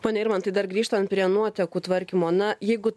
pone irmantai dar grįžtant prie nuotekų tvarkymo na jeigu